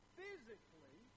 physically